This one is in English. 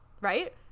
right